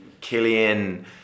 killian